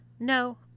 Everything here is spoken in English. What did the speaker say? no